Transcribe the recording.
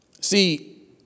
See